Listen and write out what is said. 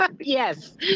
yes